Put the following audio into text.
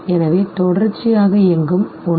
எனவே தொடர்ச்சியாக இயங்கும் ஒன்று